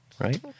right